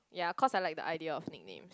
ya cause I like the idea of nickname